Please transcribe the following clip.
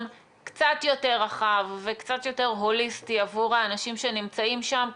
קצת יותר רחב וקצת יותר הוליסטי עבור האנשים שנמצאים שם,